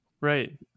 right